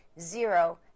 zero